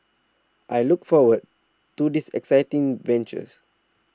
I look forward to this exciting venture